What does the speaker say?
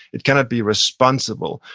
it cannot be responsible.